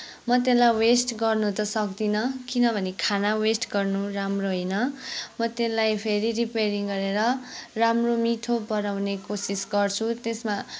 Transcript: म त्यसलाई वेस्ट गर्न त सक्दिनँ किनभने खाना वेस्ट गर्नु राम्रो होइन म त्यसलाई फेरि रिप्येरिङ गरेर राम्रो मिठो बनाउने कोसिस गर्छु त्यसमा